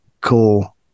cool